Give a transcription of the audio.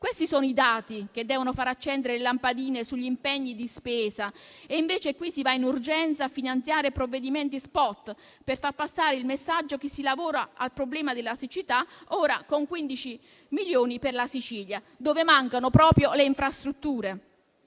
Questi sono i dati che devono far accendere le lampadine sugli impegni di spesa, e invece qui si va in urgenza a finanziare provvedimenti *spot* per far passare il messaggio che si lavora al problema della siccità ora con 15 milioni per la Sicilia, dove mancano proprio le infrastrutture.